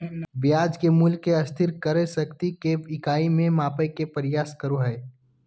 ब्याज के मूल्य के स्थिर क्रय शक्ति के इकाई में मापय के प्रयास करो हइ